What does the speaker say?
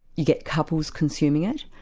you get couples consuming it,